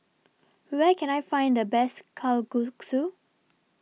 Where Can I Find The Best Kalguksu